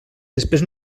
després